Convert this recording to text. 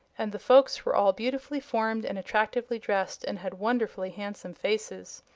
and the folks were all beautifully formed and attractively dressed and had wonderfully handsome faces.